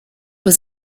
was